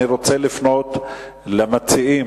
אני רוצה לפנות למציעים,